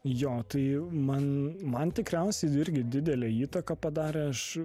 jo tai man man tikriausiai irgi didelę įtaką padarė aš